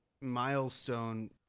milestone